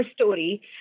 story